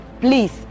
Please